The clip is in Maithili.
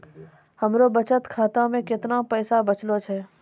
हमरो बचत खाता मे कैतना पैसा बचलो छै?